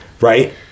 right